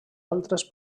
altres